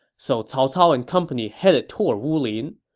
so cao cao and company headed toward wulin.